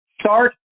Start